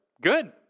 good